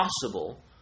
possible